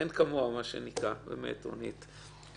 אין כמוה, מה שנקרא, באמת, רונית.